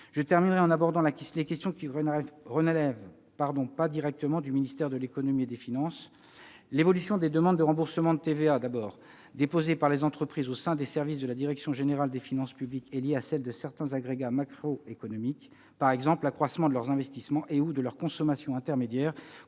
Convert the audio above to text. Je terminerai en abordant les questions qui ne relèvent pas directement du ministère de l'économie et des finances. Monsieur Savoldelli, l'évolution des demandes de remboursement de TVA déposées par les entreprises auprès des services de la direction générale des finances publiques est liée à celle de certains agrégats macroéconomiques. Ainsi, lorsque leurs investissements ou leurs consommations intermédiaires